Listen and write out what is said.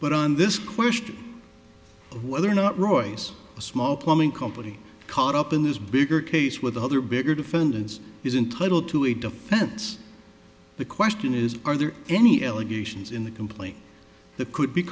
but on this question of whether or not royce a small plumbing company caught up in this bigger case with other bigger defendants is entitled to a defense the question is are there any allegations in the complaint that could be